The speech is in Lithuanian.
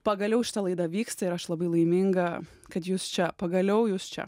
pagaliau šita laida vyksta ir aš labai laiminga kad jūs čia pagaliau jūs čia